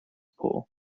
poor